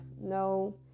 no